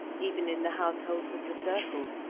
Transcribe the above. even in the house holds of the circles,